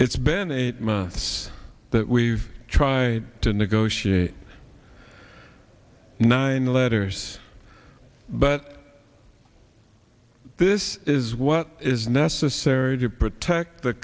it's been eight months that we try to negotiate nine letters but this is what is necessary to protect the